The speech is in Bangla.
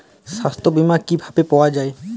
সাস্থ্য বিমা কি ভাবে পাওয়া যায়?